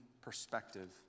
perspective